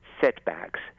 setbacks